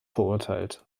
verurteilt